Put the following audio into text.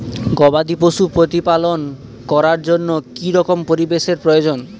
গবাদী পশু প্রতিপালন করার জন্য কি রকম পরিবেশের প্রয়োজন?